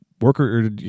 worker